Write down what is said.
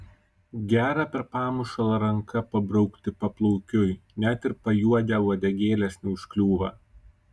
gera per pamušalą ranka pabraukti paplaukiui net ir pajuodę uodegėlės neužkliūva